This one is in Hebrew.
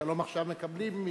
ש"שלום עכשיו" מקבלים מימון,